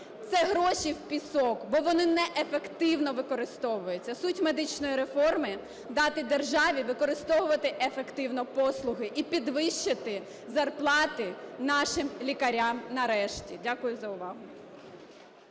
це гроші в пісок, бо вони неефективно використовуються. Суть медичної реформи – дати державі використовувати ефективно послуги і підвищити зарплати нашим лікарям нарешті. Дякую за увагу.